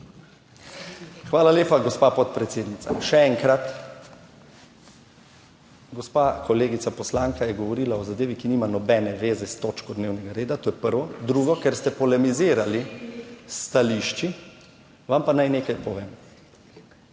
Hvala lepa, gospa podpredsednica. Še enkrat. Gospa kolegica poslanka je govorila o zadevi, ki nima nobene zveze s točko dnevnega reda. To je prvo. Drugo. Ker ste polemizirali s stališči, vam pa naj nekaj povem.